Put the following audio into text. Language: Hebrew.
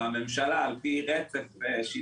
זה התעכב והממשלה על פי רצף שלטוני,